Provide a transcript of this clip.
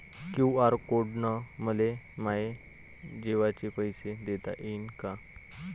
QR code न मले माये जेवाचे पैसे देता येईन का?